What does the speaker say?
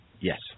Yes